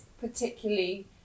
particularly